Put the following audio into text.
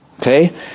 Okay